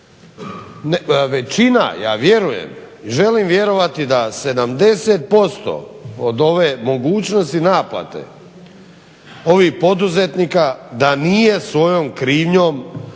Većina ja vjerujem i želim vjerovati da 70% od ove mogućnosti naplate ovih poduzetnika da nije svojom krivnjom